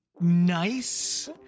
nice